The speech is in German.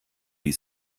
wie